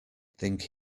think